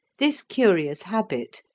this curious habit,